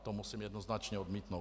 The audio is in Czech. To musím jednoznačně odmítnout.